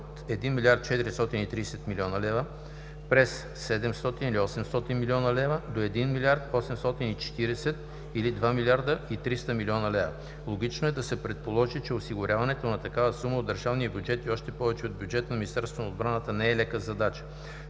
от 1 млрд. 430 млн. лв. през 700 или 800 млн. лв. до 1 млрд. 840 млн. лв. или 2 млрд. 300 млн. лв. Логично е да се предположи, че осигуряването на такава сума от държавния бюджет и още повече от бюджета на Министерството на отбраната не е лека задача.